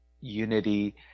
unity